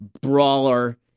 brawler